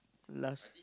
last